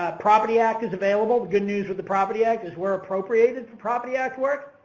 ah property act is available, the good news with the property act is we're appropriated for property act work.